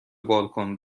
بالکن